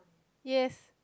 yes